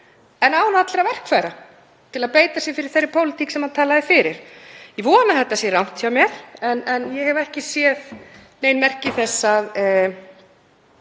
en án allra verkfæra til að beita sér fyrir þeirri pólitík sem hann talaði fyrir. Ég vona að þetta sé rangt hjá mér en ég hef ekki séð nein merki þess að